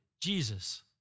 Jesus